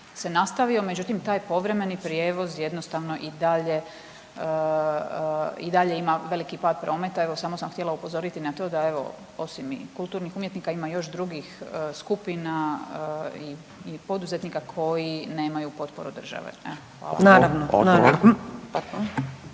se nastavio, međutim taj povremeni prijevoz jednostavno i dalje i dalje ima veliki pad prometa. Evo samo sam htjela upozoriti na to da evo osim i kulturnih umjetnika ima i još drugih skupina i poduzetnika koji nemaju potporu države. **Radin,